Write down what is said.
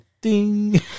ding